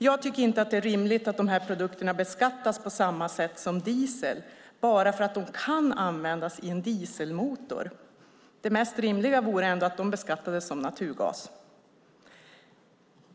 Jag tycker inte att det är rimligt att de här produkterna beskattas på samma sätt som diesel bara för att de kan användas i en dieselmotor. Det mest rimliga vore att de beskattades som naturgas.